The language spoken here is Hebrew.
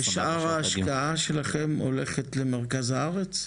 ושאר ההשקעה שלכם הולכת למרכז הארץ?